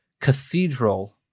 Cathedral